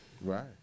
Right